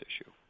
issue